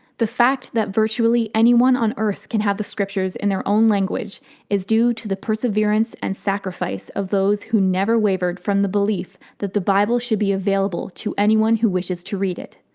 the fact that virtually anyone on earth can have the scriptures in their own language is due to the perseverance and sacrifice of those who never wavered from the belief that the bible should be available to anyone who wishes to read it.